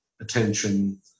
attention